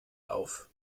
auf